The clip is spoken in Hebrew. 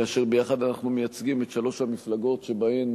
כאשר ביחד אנחנו מייצגים את שלוש המפלגות הגדולות שבהן